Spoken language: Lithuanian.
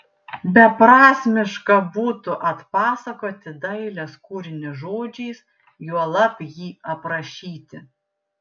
beprasmiška būtų atpasakoti dailės kūrinį žodžiais juolab jį aprašyti